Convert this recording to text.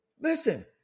Listen